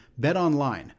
BetOnline